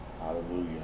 Hallelujah